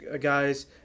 guys